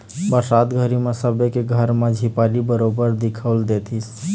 बरसात घरी म सबे के घर म झिपारी बरोबर दिखउल देतिस